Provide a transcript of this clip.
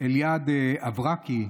אליעד אברקי,